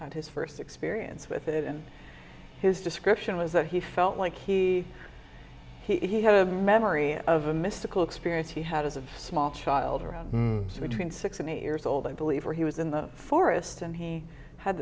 had his first experience with it and his description was that he felt like he he had a memory of a mystical experience he had as a small child around between six and eight years old i believe where he was in the forest and he had